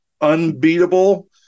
unbeatable